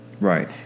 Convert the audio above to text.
right